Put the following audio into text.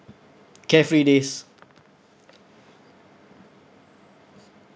carefree days